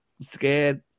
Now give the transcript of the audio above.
scared